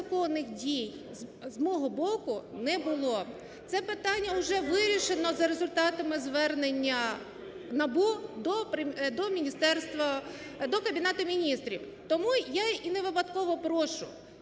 незаконних дій з мого боку не було. Це питання уже вирішено за результатами звернення НАБУ до Міністерства… до Кабінету Міністрів. Тому я і невипадково прошу